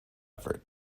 effort